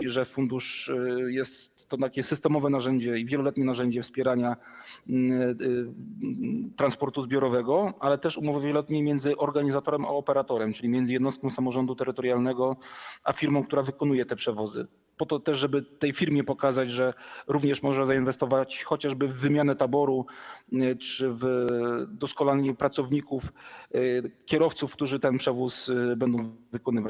i że fundusz jest to takie systemowe narzędzie i wieloletnie narzędzie wspierania transportu zbiorowego, ale też umowy wieloletnie między organizatorem a operatorem, czyli między jednostką samorządu terytorialnego a firmą, która wykonuje te przewozy, po to też żeby tej firmie pokazać, że można zainwestować chociażby w wymianę taboru czy w doszkalanie pracowników, kierowców, którzy ten przewóz będą wykonywać.